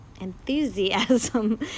Enthusiasm